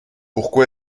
pourquoi